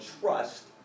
trust